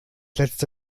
letzte